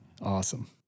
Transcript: Awesome